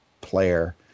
player